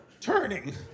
turning